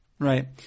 Right